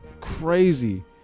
crazy